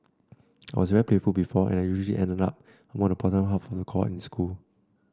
I was very playful before and I usually ended up among the bottom half of the cohort in school